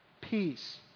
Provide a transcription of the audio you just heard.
Peace